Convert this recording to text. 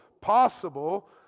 possible